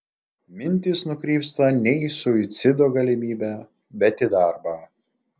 mintys nukrypsta ne į suicido galimybę bet į darbą